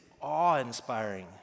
awe-inspiring